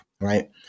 right